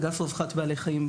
אגף רווחת בעלי חיים,